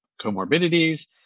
comorbidities